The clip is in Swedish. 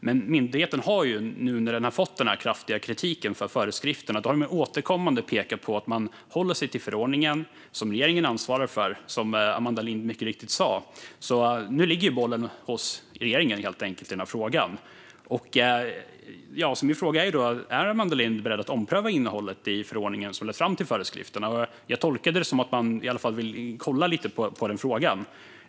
Men när myndigheten nu har fått den kraftiga kritiken för föreskrifterna har man återkommande pekat på att man håller sig till förordningen. Som Amanda Lind mycket riktigt sa ansvarar regeringen för förordningen, så nu ligger bollen helt enkelt hos regeringen i den här frågan. Min fråga är: Är Amanda Lind beredd att ompröva innehållet i förordningen som lett fram till föreskrifterna? Jag tolkar det som att man i alla fall vill kolla lite på frågan.